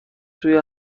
توی